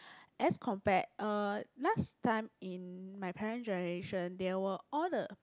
as compared uh last time in my parent generation they were all the